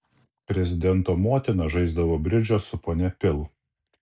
prezidento motina žaisdavo bridžą su ponia pil